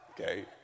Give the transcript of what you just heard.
okay